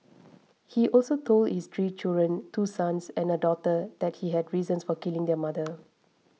he also told his three children two sons and a daughter that he had reasons for killing their mother